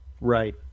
right